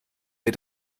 wir